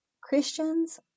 christians